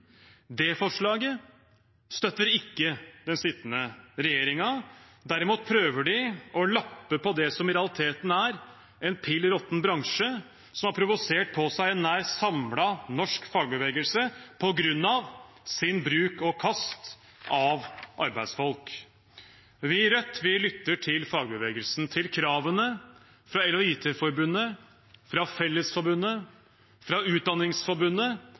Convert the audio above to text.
Det forslaget støtter ikke den sittende regjeringen. Derimot prøver den å lappe på det som i realiteten er en pill råtten bransje som har provosert på seg en nær samlet norsk fagbevegelse på grunn av sin bruk-og-kast av arbeidsfolk. Vi i Rødt lytter til fagbevegelsen, til kravene fra EL og IT Forbundet, fra Fellesforbundet og fra Utdanningsforbundet